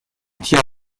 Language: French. tient